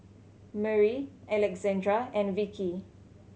Murry Alexandra and Vickie